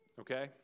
Okay